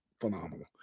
Phenomenal